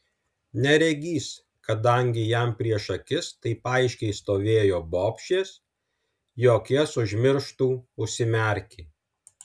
neregys kadangi jam prieš akis taip aiškiai stovėjo bobšės jog jas užmirštų užsimerkė